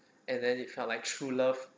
and then it felt like true love